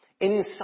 inside